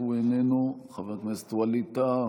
אף הוא איננו, חבר הכנסת ווליד טאהא,